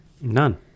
None